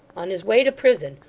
on his way to prison,